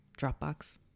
Dropbox